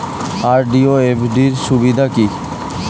RD ও FD র সুবিধা কি?